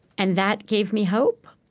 and that gave me hope.